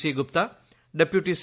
C Gupta deputy C